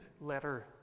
letter